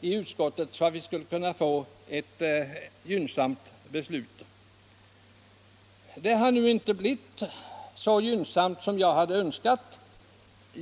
i utskottet och att vi på det sättet skulle kunna få ett gynnsamt beslut. Beslutet har nu inte blivit så gynnsamt som jag hade önskat.